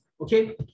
okay